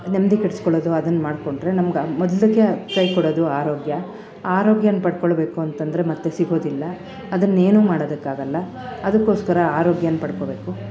ನೆಮ್ಮದಿ ಕೆಡಿಸ್ಕೊಳ್ಳೋದು ಅದುನ್ನ ಮಾಡಿಕೊಂಡ್ರೆ ನಮಗೆ ಮೊದಲಿಗೆ ಕೈ ಕೊಡೋದು ಆರೋಗ್ಯ ಆರೋಗ್ಯನ ಪಡ್ಕೊಳ್ಬೇಕು ಅಂತಂದರೆ ಮತ್ತೆ ಸಿಗೋದಿಲ್ಲ ಅದನ್ನ ಏನೂ ಮಾಡದಕ್ಕಾಗಲ್ಲ ಅದುಕೋಸ್ಕರ ಆರೋಗ್ಯನ ಪಡ್ಕೋಬೇಕು